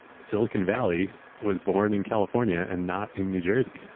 silicon valley was born in california and not in new jersey.